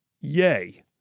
Yay